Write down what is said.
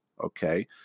Okay